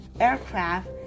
aircraft